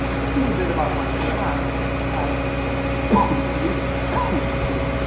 a teeny bit about my past as alyssa mentioned,